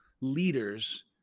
leaders